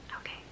Okay